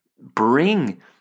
bring